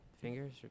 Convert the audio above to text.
fingers